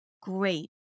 great